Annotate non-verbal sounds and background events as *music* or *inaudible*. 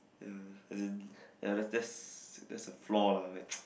ya as in ya that's that's that's a flaw lah like *noise*